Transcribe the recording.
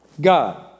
God